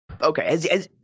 Okay